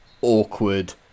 awkward